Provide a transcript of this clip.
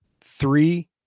three